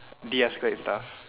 deescalate stuff